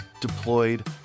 deployed